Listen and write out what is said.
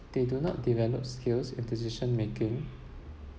they do not develop skills in decision-making